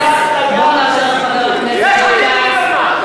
בואו נאפשר לחבר הכנסת גטאס, יש עתיד, ליברמן.